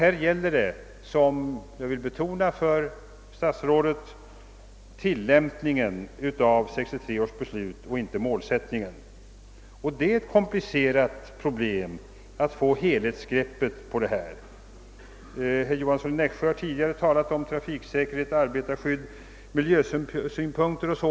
Här gäller det, som jag vill betona för statsrådet Norling, tillämpningen av 1963 års trafikpolitiska beslut och inte målsättningen. Det är komplicerat att få ett helhetsgrepp om problemet. Herr Johansson i Växjö har tidigare talat om trafiksäkerhet, arbetarskydd och miljösynpunkter.